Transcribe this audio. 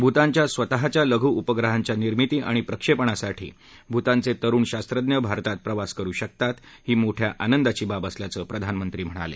भूतानच्या स्वतःच्या लघु उपग्रहांच्या निर्मिती आणि प्रक्षेपणासाठी भूतानचे तरुण शास्त्रज्ञ भारतात प्रवास करू शकतात ही मोठ्या आनंदाचीबाब असल्याचं प्रधानमंत्री म्हणाले